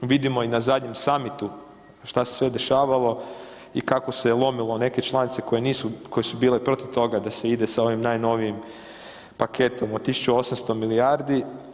Vidimo i na zadnjem samitu šta se sve dešavalo i kako se je lomilo neke članice koje nisu, koje su bile protiv toga da se ide sa ovim najnovijim paketom od 1800 milijardi.